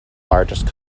largest